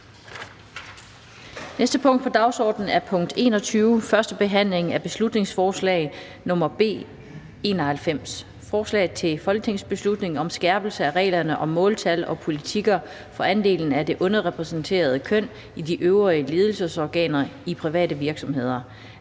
næste punkt på dagsordenen er: 21) 1. behandling af beslutningsforslag nr. B 91: Forslag til folketingsbeslutning om skærpelse af reglerne om måltal og politikker for andelen af det underrepræsenterede køn i de øverste ledelsesorganer i private virksomheder.